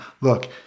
look